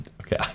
Okay